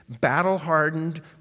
battle-hardened